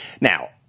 now